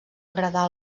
agradar